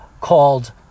called